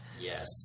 Yes